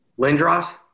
Lindros